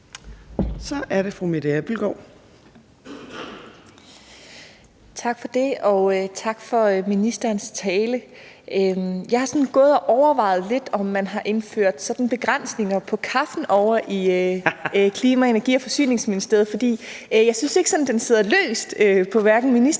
Kl. 10:18 Mette Abildgaard (KF): Tak for det. Og tak for ministerens tale. Jeg har gået og overvejet lidt, om man har indført begrænsninger på kaffen ovre i Klima-, Energi- og Forsyningsministeriet, for jeg synes ikke, at den sådan sidder løst på hverken ministeren